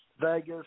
Vegas